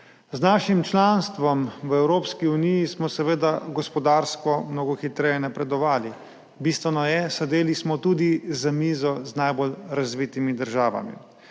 Z našim članstvom v Evropski uniji smo gospodarsko mnogo hitreje napredovali. Bistveno je, sedeli smo tudi za mizo z najbolj razvitimi državami.